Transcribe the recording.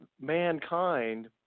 mankind